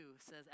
says